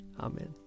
Amen